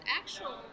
actual